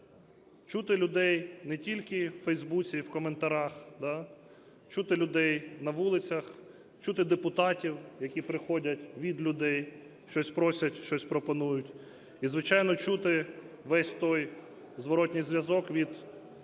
чути людей не тільки в Фейсбуці, в коментарях, да, чути людей на вулицях, чути депутатів, які приходять від людей, щось просять, щось пропонують і, звичайно, чути весь той зворотній зв'язок від профільних